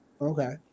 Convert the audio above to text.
Okay